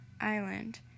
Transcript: Island